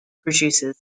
producers